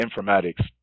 informatics